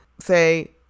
say